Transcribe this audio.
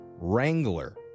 Wrangler